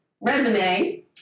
resume